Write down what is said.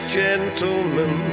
gentlemen